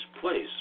place